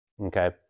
Okay